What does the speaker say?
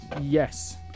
Yes